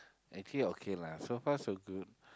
actually okay lah so far so good